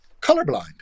colorblind